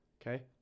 Okay